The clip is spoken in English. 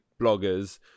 bloggers